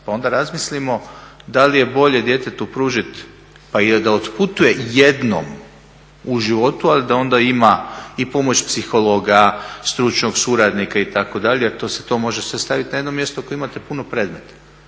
Pa onda razmislimo da li je bolje djetetu pružiti pa i da otputuje jednom u životu ali da onda ima i pomoć psihologa, stručnog suradnika itd. jer to se sve može staviti na jedno mjesto ako imate puno predmeta.